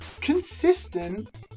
consistent